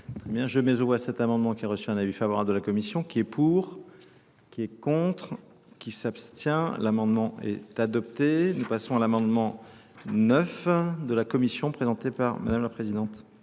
Je mets au bout à cet amendement qui a reçu un avis favorable de la Commission, qui est pour, qui est contre, qui s'abstient. L'amendement est adopté. Nous passons à l'amendement 9 de la Commission présentée par Mme la Présidente.